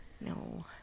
No